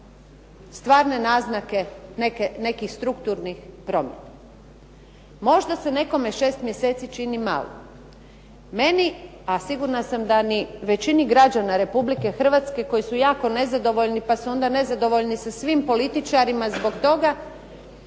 stvarne naznake nekih strukturnih promjena. Možda se nekome 6 mjeseci čini malo. Meni a sigurna sam da i većini građana Republike Hrvatske koji su jako nezadovoljni, pa su onda nezadovoljni sa svim političarima zbog toga,